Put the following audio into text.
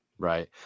Right